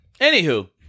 anywho